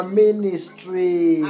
ministry